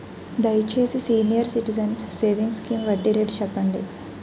దయచేసి senior citizens savings scheme వడ్డీ rate చెప్పండి